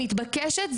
אם מתבקשת,